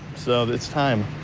so it's time.